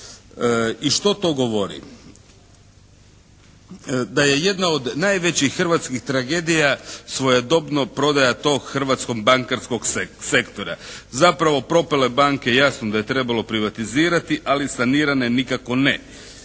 I što to govori? Da je jedna od najvećih hrvatskih tragedija svojedobno prodaja tog hrvatskog bankarskog sektora. Zapravo propale banke jasno da je trebalo privatizirati, ali sanirano nikako ne.